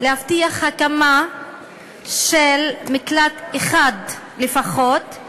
להבטיח הקמה של מקלט אחד לפחות לנשים